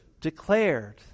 declared